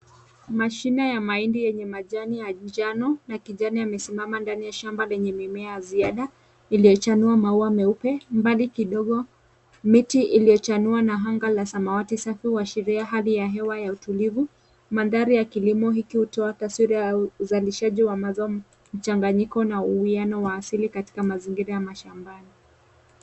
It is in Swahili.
Mashina ya mahindi yenye majani ya njano na kijani yamesimama ndani ya shamba lenye mimea ya ziada iliyochanua maua meupe. Mbali kidogo, miti iliyochanua na anga la samawati safi huashiria hali ya hewa ya utulivu. Mandhari ya kilimo hiki hutoa taswira ya uzalishaji wa mazao mchanganyiko na uwiano wa asili katika mazingira ya shambani.